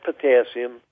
potassium